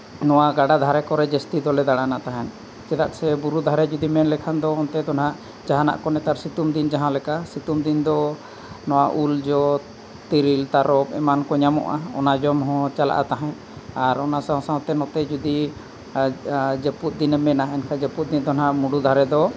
ᱱᱚᱣᱟ ᱜᱟᱰᱟ ᱫᱷᱟᱨᱮ ᱠᱚᱨᱮᱜ ᱡᱟᱹᱥᱛᱤ ᱫᱚᱞᱮ ᱫᱟᱬᱟᱱᱟ ᱛᱟᱦᱮᱸᱫ ᱪᱮᱫᱟᱜ ᱥᱮ ᱵᱩᱨᱩ ᱫᱷᱟᱨᱮ ᱢᱮᱱ ᱞᱮᱠᱷᱟᱱ ᱚᱱᱛᱮ ᱫᱚ ᱦᱟᱸᱜ ᱡᱟᱦᱟᱱᱟᱜ ᱠᱚ ᱱᱮᱛᱟᱨ ᱥᱤᱛᱩᱝ ᱫᱤᱱ ᱡᱟᱦᱟᱸ ᱞᱮᱠᱟ ᱥᱤᱛᱩᱝ ᱫᱤᱱ ᱫᱚ ᱱᱚᱣᱟ ᱩᱞ ᱡᱚ ᱛᱤᱨᱤᱞ ᱛᱟᱨᱚᱵ ᱮᱢᱟᱱ ᱠᱚ ᱧᱟᱢᱚᱜᱼᱟ ᱚᱱᱟ ᱡᱚᱢ ᱦᱚᱸ ᱪᱟᱞᱟᱜᱼᱟ ᱛᱟᱦᱮᱸᱫ ᱟᱨ ᱚᱱᱟ ᱥᱟᱶ ᱥᱟᱶ ᱛᱮ ᱱᱚᱛᱮ ᱡᱩᱫᱤ ᱡᱟᱹᱯᱩᱫ ᱫᱤᱱ ᱮᱢ ᱢᱮᱱᱟ ᱮᱱᱠᱷᱟᱱ ᱡᱟᱹᱯᱩᱫ ᱫᱤᱱ ᱫᱚ ᱦᱟᱸᱜ ᱢᱩᱸᱰᱩ ᱫᱷᱟᱨᱮ ᱫᱚ